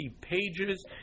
pages